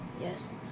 Yes